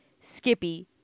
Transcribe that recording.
Skippy